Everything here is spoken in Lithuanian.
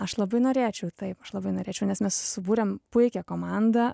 aš labai norėčiau taip aš labai norėčiau nes mes subūrėme puikią komandą